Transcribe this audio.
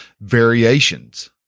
variations